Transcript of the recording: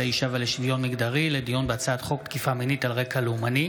האישה ולשוויון מגדרי לדיון בהצעת חוק תקיפה מינית על רקע לאומני,